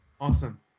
Awesome